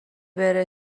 بره